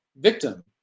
victim